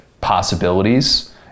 possibilities